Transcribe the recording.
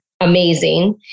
amazing